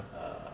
ah